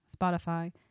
spotify